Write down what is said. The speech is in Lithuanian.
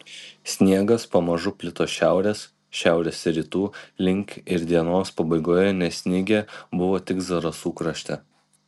sniegas pamažu plito šiaurės šiaurės rytų link ir dienos pabaigoje nesnigę buvo tik zarasų krašte